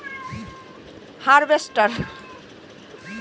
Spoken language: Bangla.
বর্তমানে ধান কাটার অন্যতম মেশিনের নাম কি?